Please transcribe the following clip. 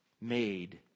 made